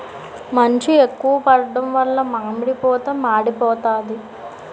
మంచు ఎక్కువ పడడం వలన మామిడి పూత మాడిపోతాంది